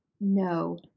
No